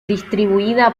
distribuida